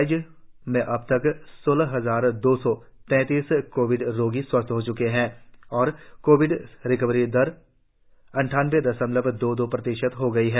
राज्य में अब तक सोलह हजार दो सौ तैतालीस कोविड रोगी स्वस्थ हो चुके है और कोविड रिकवरी दर बढ़कर अड्डानबे दशमलव दो दो हो गई है